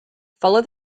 follow